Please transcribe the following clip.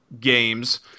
games